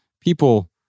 people